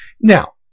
now